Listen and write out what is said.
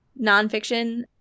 nonfiction